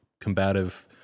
combative